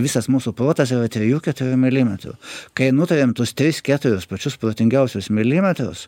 visas mūsų protas yra trijų keturių milimetrų kai nutarėm tuos tris keturis pačius protingiausius milimetrus